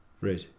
right